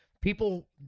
people